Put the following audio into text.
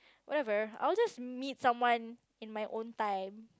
whatever I will just meet someone in my own time